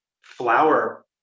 flower